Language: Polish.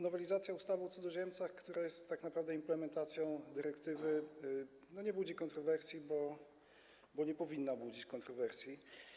Nowelizacja ustawy o cudzoziemcach, która jest tak naprawdę implementacją dyrektywy, nie budzi kontrowersji, bo nie powinna budzić kontrowersji.